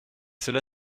cela